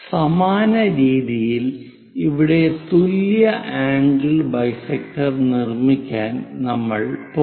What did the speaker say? സമാന രീതിയിൽ ഇവിടെ തുല്യ ആംഗിൾ ബൈസെക്ടർ നിർമ്മിക്കാൻ നമ്മൾ പോകുന്നു